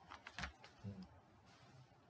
hmm